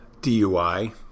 DUI